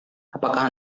apakah